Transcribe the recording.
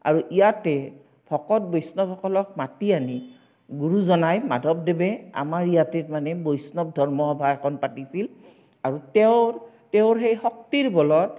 আৰু ইয়াতে ভকত বৈষ্ণৱসকলক মাতি আনি গুৰুজনাই মাধৱদেৱে আমাৰ ইয়াতে মানে বৈষ্ণৱ ধৰ্ম সভা এখন পাতিছিল আৰু তেওঁৰ তেওঁৰ সেই শক্তিৰ বলত